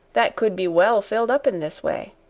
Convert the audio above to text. that could be well filled up in this way.